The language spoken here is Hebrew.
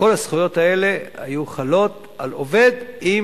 כל הזכויות האלה היו חלות על עובד אם